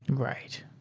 right.